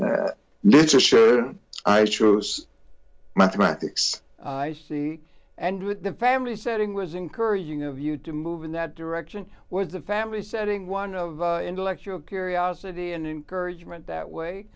sure i chose mathematics i see and with the family setting was encouraging of you to move in that direction with the family setting one of intellectual curiosity and encouragement that way